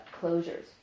closures